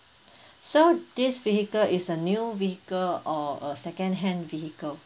so this vehicle is a new vehicle or a second hand vehicle